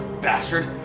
bastard